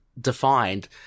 defined